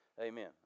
Amen